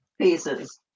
pieces